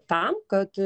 tam kad